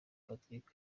patrick